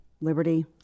Liberty